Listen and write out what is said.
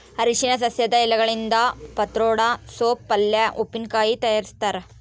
ಅರಿಶಿನ ಸಸ್ಯದ ಎಲೆಗಳಿಂದ ಪತ್ರೊಡೆ ಸೋಪ್ ಪಲ್ಯೆ ಉಪ್ಪಿನಕಾಯಿ ತಯಾರಿಸ್ತಾರ